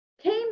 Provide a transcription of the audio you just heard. came